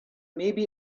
maybe